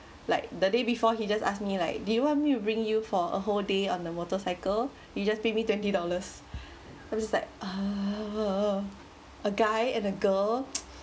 like the day before he just ask me like do you want me to bring you for a whole day on the motorcycle you just pay me twenty dollars I was like ugh a guy and a girl